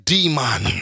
Demon